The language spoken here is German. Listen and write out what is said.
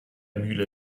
mühle